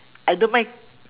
I don't mind